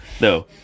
No